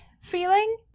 feeling